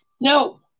No